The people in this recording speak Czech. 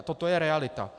Toto je realita.